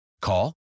Call